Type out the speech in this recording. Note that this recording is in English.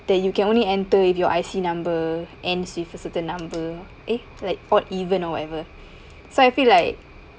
that you can only enter if your I_C number ends with a certain number eh like odd even or whatever so I feel like